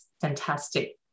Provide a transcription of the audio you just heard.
fantastic